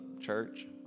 church